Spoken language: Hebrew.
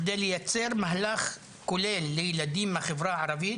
בכדי לייצר מהלך כולל לילדים מהחברה הערבית,